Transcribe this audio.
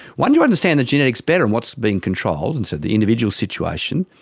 once you understand the genetics better and what's being controlled and so the individual situation,